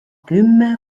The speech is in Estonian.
kümme